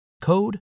code